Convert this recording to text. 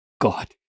God